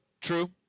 True